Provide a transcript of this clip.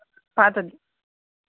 పాతది